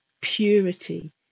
purity